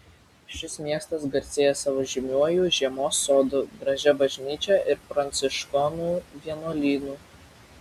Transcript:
šis miestas garsėja savo žymiuoju žiemos sodu gražia bažnyčia ir pranciškonų vienuolynu